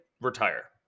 retire